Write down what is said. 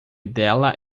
dela